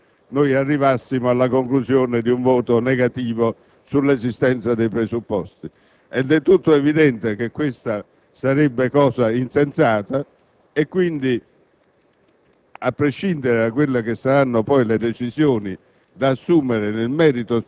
come accadrebbe se dall'argomento che è stato posto noi arrivassimo alla conclusione di un voto negativo sull'esistenza dei presupposti. È del tutto evidente che questa sarebbe cosa insensata. Quindi,